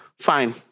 Fine